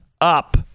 up